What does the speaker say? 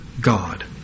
God